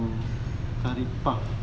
park